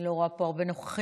אני לא רואה פה הרבה נוכחים,